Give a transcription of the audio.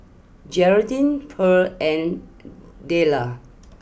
Geraldine Pearl and Dillan